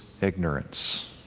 ignorance